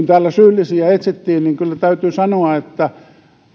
täällä syyllisiä etsittiin niin kyllä täytyy sanoa että